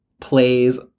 plays